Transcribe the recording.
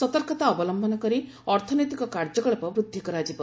ସତର୍କତା ଅବଲମ୍ଭନ କରି ଅର୍ଥନୈତିକ କାର୍ଯ୍ୟକଳାପ ବୃଦ୍ଧି କରାଯିବ